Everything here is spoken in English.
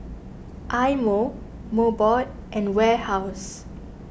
Eye Mo Mobot and Warehouse